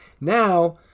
now